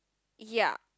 ya